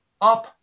up